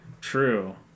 true